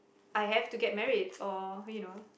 I have to get married or who you know